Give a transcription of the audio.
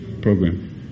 program